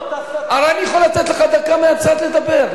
הרי אני יכול לתת לך דקה מהצד לדבר.